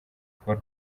paul